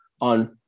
on